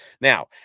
Now